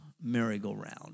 merry-go-round